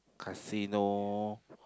casino